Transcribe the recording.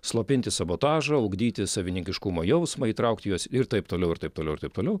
slopinti sabotažą ugdyti savininkiškumo jausmą įtraukti juos ir taip toliau ir taip toliau ir taip toliau